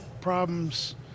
problems